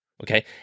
okay